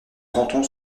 canton